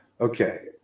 Okay